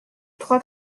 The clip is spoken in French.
trois